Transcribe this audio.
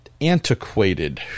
antiquated